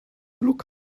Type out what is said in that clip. look